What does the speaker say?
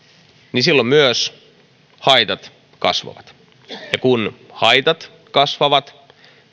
niin silloin myös haitat kasvavat ja kun haitat kasvavat